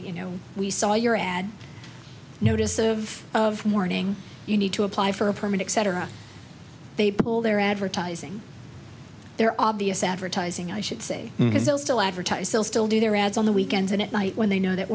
you know we saw your ad notice of warning you need to apply for a permanent cetera they pull their advertising their obvious advertising i should say because they'll still advertise they'll still do their ads on the weekends and at night when they know that